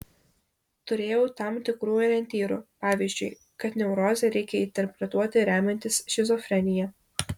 turėjau tam tikrų orientyrų pavyzdžiui kad neurozę reikia interpretuoti remiantis šizofrenija